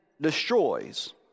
destroys